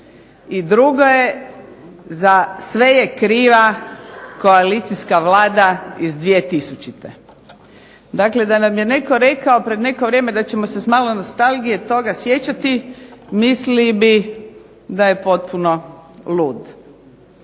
I druge, za sve je kriva koalicijska vlada iz 2000. Dakle, da nam je netko rekao pred neko vrijeme da ćemo se s malo nostalgije toga sjećati mislili bi da je potpuno lud.